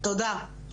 תודה.